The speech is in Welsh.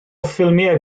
ffilmiau